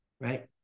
right